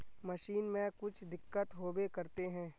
Machine में कुछ दिक्कत होबे करते है?